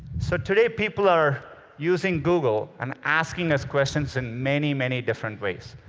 so today people are using google and asking us questions in many, many different ways,